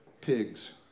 pigs